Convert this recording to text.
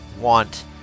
want